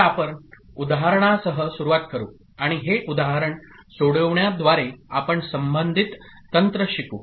तर आपण उदाहरणासह सुरुवात करू आणि हे उदाहरण सोडविण्याद्वारे आपण संबंधित तंत्र शिकू